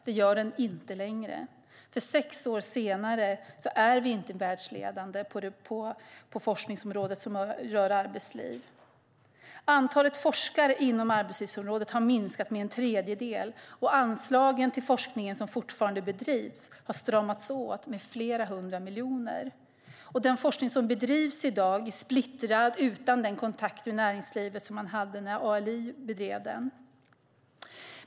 Så är det inte längre, för sex år senare är vi inte världsledande på forskningsområdet som rör arbetsliv. Antalet forskare inom arbetslivsområdet har minskat med en tredjedel, och anslagen till den forskning som fortfarande bedrivs har stramats åt med flera hundra miljoner. Den forskning som bedrivs i dag är splittrad och står utan den kontakt med näringslivet som fanns när ALI bedrev den.